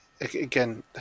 again